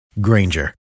Granger